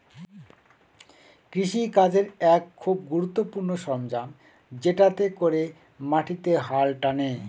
কৃষি কাজের এক খুব গুরুত্বপূর্ণ সরঞ্জাম যেটাতে করে মাটিতে হাল টানে